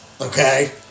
Okay